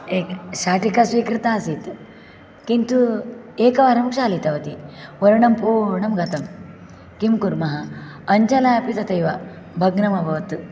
एक् शाटिका स्वीकृता आसीत् किन्तु एकवारं क्षालितवती वर्णं पूर्णं गतं किं कुर्मः अञ्जना अपि तथैव भग्नमभवत्